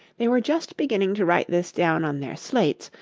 they were just beginning to write this down on their slates,